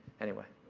anyway.